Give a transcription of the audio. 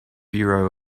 bureau